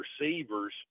receivers